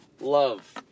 love